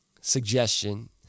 suggestion